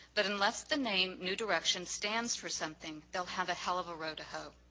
but unless the name new directions stands for something, they'll have a hell of a row to hoe.